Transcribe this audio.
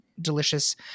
delicious